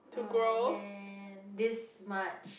ah man this much